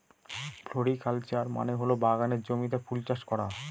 floriculture মানে হল বাগানের জমিতে ফুল চাষ করা